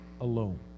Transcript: alone